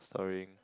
storying